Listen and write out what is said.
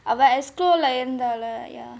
அவ:ava executive committee இல்ல இருந்தால:illa irunthaala ya